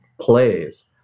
plays